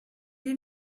lui